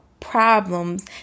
Problems